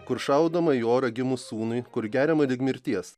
kur šaudoma į orą gimus sūnui kur geriama lig mirties